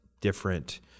different